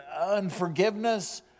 unforgiveness